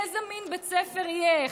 איזה מין בית ספר יהיה?